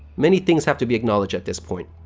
many things have to be acknowledged at this point.